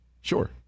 sure